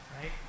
Right